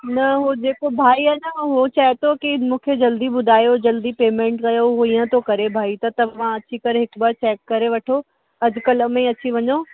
न हो जेको भाई आहे न उहो चवे थो की मूंखे जल्दी ॿुधायो जल्दी पेमेंट कयो उहा हीअं थो करे भाई त तव्हां अची करे हिकु बार चैक करे वठो अॼुकल्ह में अची वञो